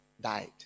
died